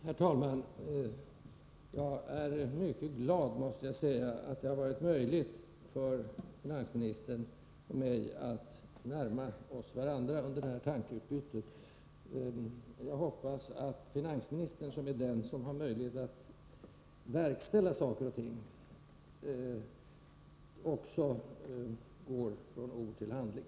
Herr talman! Jag är mycket glad att det har varit möjligt för finansministern och mig att närma oss varandra under det här tankeutbytet. Jag hoppas att finansministern, som är den som har möjlighet att verkställa saker och ting, också går från ord till handling.